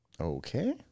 Okay